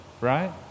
right